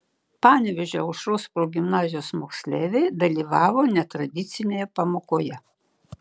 panevėžio aušros progimnazijos moksleiviai dalyvavo netradicinėje pamokoje